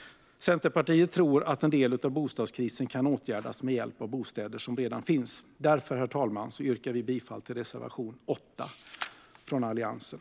Centerpartiet tror att en del av bostadskrisen kan åtgärdas med hjälp av bostäder som redan finns. Därför, herr talman, yrkar jag bifall till reservation 8 från Alliansen.